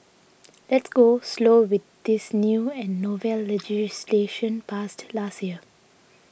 let's go slow with this new and novel legislation passed last year